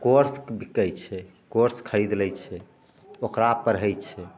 course बिकै छै course खरिद लै छै ओकरा पढ़ै छै